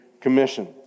Commission